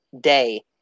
day